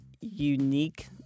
unique